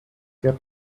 get